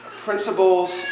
principles